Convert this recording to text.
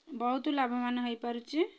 ବହୁତ ଲାଭବାନ ହୋଇପାରୁଛି